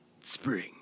spring